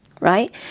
Right